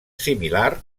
similar